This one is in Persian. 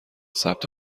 ثبت